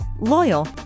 loyal